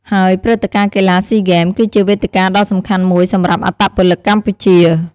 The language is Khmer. ហើយព្រឹត្តិការណ៍កីឡាស៊ីហ្គេមគឺជាវេទិកាដ៏សំខាន់មួយសម្រាប់អត្តពលិកកម្ពុជា។